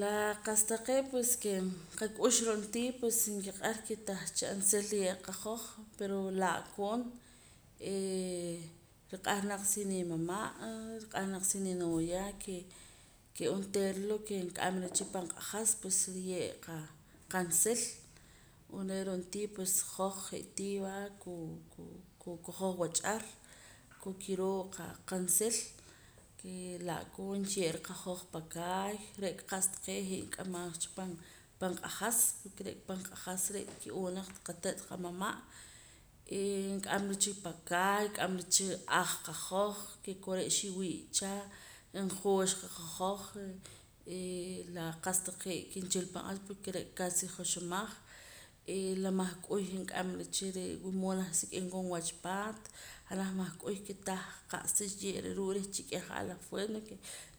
La qa'sa taqee' pues ke nqak'ux ron'tii pues nkiq'ar ke tan cha aansil riye' qahoj pero la'koon hee nriq'ar naq si nimama' riq'ar naq si ninooya ke onteera lo ke nk'amara cha pan q'ajas pues nriye' qansil unre' ron'tii pues hoj je'tii va koo hoj wach'ar koo kiroo qansil ke la'koon xye'ra qahoj pakaay re'ka qa'sa taqee' je' kamaj cha pan q'ajas porque re'ka naq pann q'ajas ki'oo qate't qamama' eh nk'amara cha pakaay nk'amara cha aj qahoj ke kore' xi'wii' cha njooxwa qahoj eh la qa'sa taqee' ke nchila pan q'ajas porque re'ka casi joxomaj eh la mahk'uy nk'amara cha wila mood nah sik'im koon wach apaat janaj mahk'uy ke tah qa'sa xye'ra ruu' reh chik'eja a la fuerza no ke